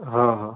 हो हो